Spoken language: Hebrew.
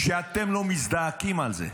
שאתם לא מזדעקים על זה,